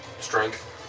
strength